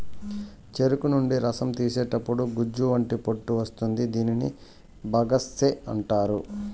చెరుకు నుండి రసం తీసేతప్పుడు గుజ్జు వంటి పొట్టు వస్తుంది దీనిని బగస్సే అంటారు